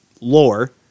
lore